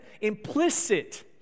Implicit